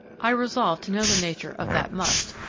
i resolved to know the nature of that must,